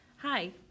Hi